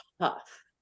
tough